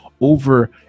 over